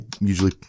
usually